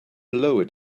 lowered